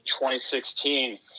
2016